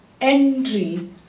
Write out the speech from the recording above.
entry